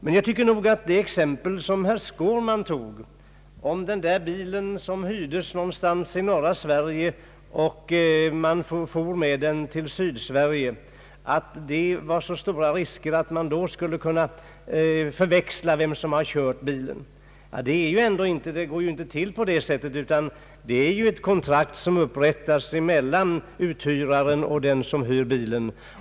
Men jag tycker nog att det exempel som herr Skårman tog — bilen hyrdes någonstans i norra Sverige och kördes sedan till Sydsverige, och det då var stora risker för att man skulle ta fel om vem som kört bilen — inte är lyckligt valt. Det går ju ändå inte till på det sättet, utan det upprättas ett kontrakt mellan biluthyraren och den som hyr bilen.